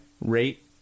rate